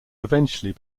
eventually